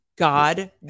God